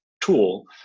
tool